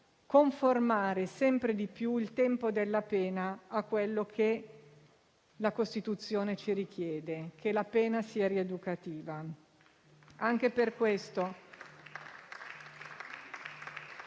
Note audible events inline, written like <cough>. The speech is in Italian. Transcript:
conformare sempre di più il tempo della pena a quello che la Costituzione ci richiede: che la pena sia rieducativa. <applause>